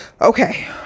Okay